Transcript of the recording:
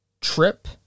trip